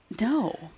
No